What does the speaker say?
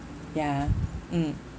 ya mm